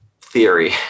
theory